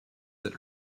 that